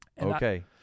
okay